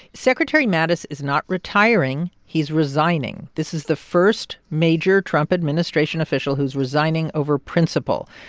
secretary mattis is not retiring, he's resigning. this is the first major trump administration official who's resigning over principle.